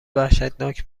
وحشتناک